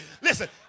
Listen